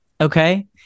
okay